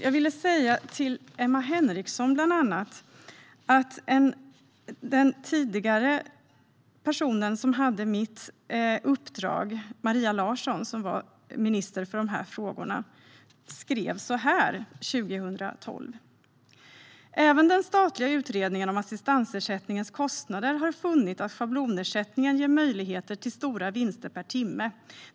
Jag vill till bland andra Emma Henriksson säga att den person som tidigare var minister för dessa frågor och hade mitt uppdrag, Maria Larsson, skrev följande 2012: Även den statliga utredningen om assistansersättningens kostnader har funnit att schablonersättningen ger möjligheter till stora vinster per timme.